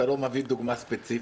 אתה לא מביא דוגמה ספציפית.